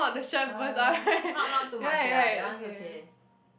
uh not not too much ya that one's okay